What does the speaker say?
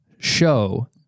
Show